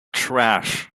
trash